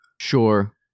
Sure